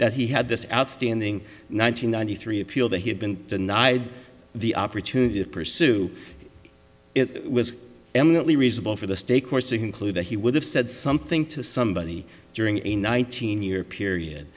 that he had this outstanding nine hundred ninety three appeal that he had been denied the opportunity to pursue it was eminently reasonable for the stay course to include that he would have said something to somebody during a nineteen year